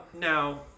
Now